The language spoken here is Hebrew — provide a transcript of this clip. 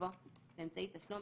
יבוא "באמצעי תשלום,